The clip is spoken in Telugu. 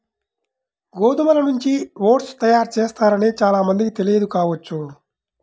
గోధుమల నుంచి ఓట్స్ తయారు చేస్తారని చాలా మందికి తెలియదు కావచ్చు